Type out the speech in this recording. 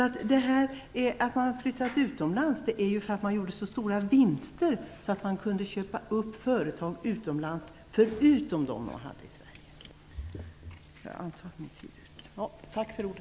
Att företag har flyttat utomlands beror på att de hade så stora vinster att de kunde köpa upp företag utomlands förutom dem de hade i Sverige.